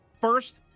First